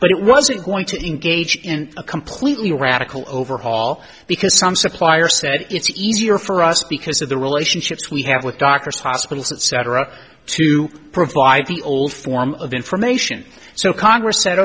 but it wasn't going to engage in a completely radical overhaul because some supplier said it's easier for us because of the relationships we have with doctors hospitals etc to provide the well form of information so congress